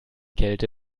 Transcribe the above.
kälte